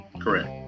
Correct